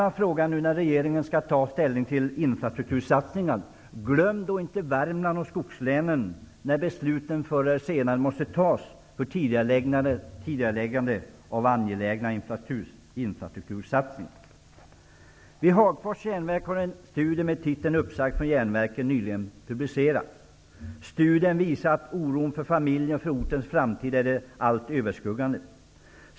När regeringen nu skall ta ställning till infrastruktursatsningar: Glöm inte Värmland och skogslänen när besluten förr eller senare måste fattas om tidigareläggning av angelägna infrastruktursatsningar. Vid Hagfors järnverk har en studie med titeln Studien visar att oron för familjen och för ortens framtid är det allt överskuggande.